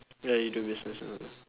ya you do business and whatnot